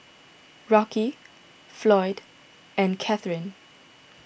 Rocky Floyd and Kathrine